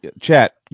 chat